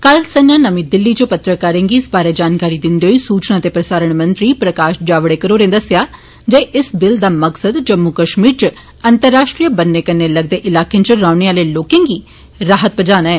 कल संजा नमीं दिल्ली च पत्रकारें गी इस बारे जानकारी दिन्दे होई सूचना ते प्रसारण मंत्री प्रकाश जावडेकर होरें दस्सेया जे इस बिल दा मकसद जम्मू कश्मीर च अंतर्राष्ट्रीय बन्ने कन्नै लगदे इलाकें च रौहने आले लोकें गी राहत देना ऐ